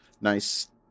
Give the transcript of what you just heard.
nice